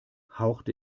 haucht